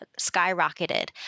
skyrocketed